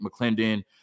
McClendon